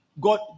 God